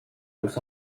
los